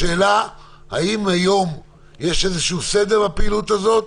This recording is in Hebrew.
השאלה האם היום יש איזשהו סדר בפעילות הזאת,